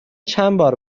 چندبار